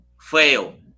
fail